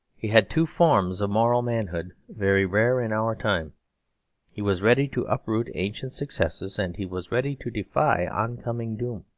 he had two forms of moral manhood very rare in our time he was ready to uproot ancient successes, and he was ready to defy oncoming doom.